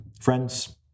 Friends